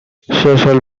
social